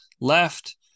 left